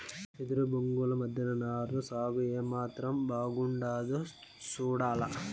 ఎదురు బొంగుల మద్దెన నారు సాగు ఏమాత్రం బాగుండాదో సూడాల